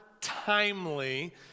timely